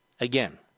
again